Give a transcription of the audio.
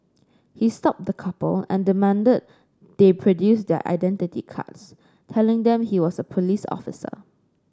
he stopped the couple and demanded they produce their identity cards telling them he was a police officer